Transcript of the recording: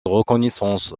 reconnaissance